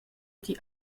die